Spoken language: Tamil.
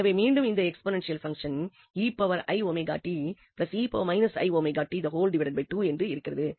எனவே மீண்டும் இந்த எக்ஸ்போநென்ஷியல் பங்சன்என்று இருக்கிறது